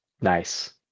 nice